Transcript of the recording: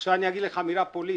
עכשיו אני אגיד לך מילה פוליטית: